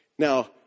Now